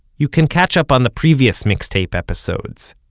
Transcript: you can catch up on the previous mixtape episodes,